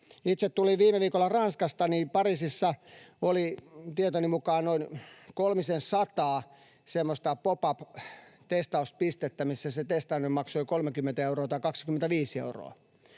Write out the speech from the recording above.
Itse tulin viime viikolla Ranskasta, ja Pariisissa oli tietojeni mukaan noin kolmisensataa semmoista pop-up-testauspistettä, missä se testaaminen maksoi 30 euroa tai 25 euroa,